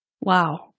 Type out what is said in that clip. Wow